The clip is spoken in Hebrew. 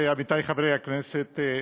עמיתי חברי הכנסת,